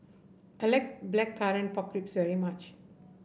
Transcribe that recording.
I like Blackcurrant Pork Ribs very much